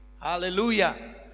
Hallelujah